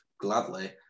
gladly